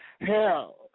Hell